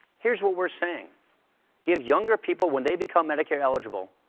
here's what we're saying give younger people, when they become medicare-eligible,